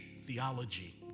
theology